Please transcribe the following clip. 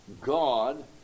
God